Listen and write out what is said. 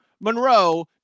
Monroe